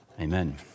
Amen